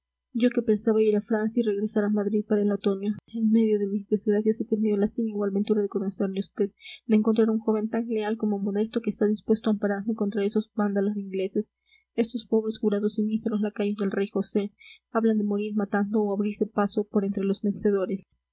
yo que pensaba ir a francia y regresar a madrid para el otoño en medio de mis desgracias he tenido la sin igual ventura de conocerle a vd de encontrar a un joven tan leal como modesto que está dispuesto a ampararme contra esos vándalos de ingleses estos pobres jurados y míseros lacayos del rey josé hablan de morir matando o abrirse paso por entre los vencedores